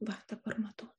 va dabar matau